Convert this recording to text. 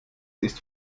ist